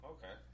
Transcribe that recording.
Okay